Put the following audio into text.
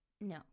No